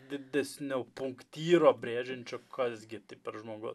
didesnio punktyro brėžiančio kas gi tai per žmogus